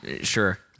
Sure